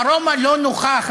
ארומה לא נוחה,